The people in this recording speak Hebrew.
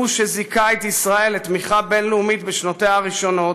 הוא שזיכה את ישראל לתמיכה בין-לאומית בשנותיה הראשונות,